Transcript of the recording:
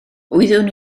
wyddwn